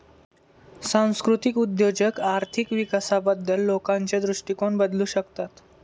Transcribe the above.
सांस्कृतिक उद्योजक आर्थिक विकासाबद्दल लोकांचे दृष्टिकोन बदलू शकतात